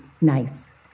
nice